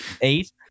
eight